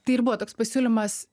tai ir buvo toks pasiūlymas